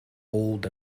old